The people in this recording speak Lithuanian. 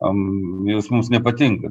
o jūs mums nepatinkat